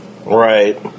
Right